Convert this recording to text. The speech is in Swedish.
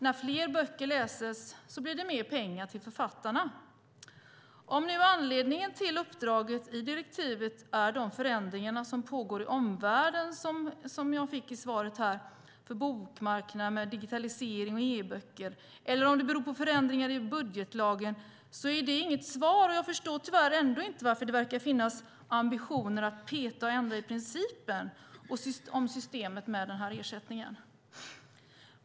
När fler böcker läses blir det mer pengar till författarna. Om nu anledningen till uppdraget i direktivet är de förändringar som pågår i omvärlden för bokmarknaden, som sades i svaret, med digitalisering och e-böcker eller om det beror på förändringar i budgetlagen är det inget svar. Jag förstår ändå inte varför det verkar finnas ambitioner att peta och ändra i principen för systemet med ersättningen.